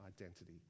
identity